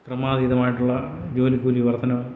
ക്രമാതീതമായിട്ടുള്ള ജോലിക്കൂലി വർധന